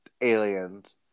aliens